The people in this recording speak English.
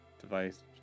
device